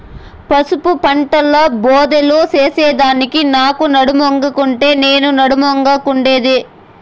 పసుపు పంటల బోదెలు చేసెదానికి నాకు నడుమొంగకుండే, నీకూ నడుమొంగకుండాదే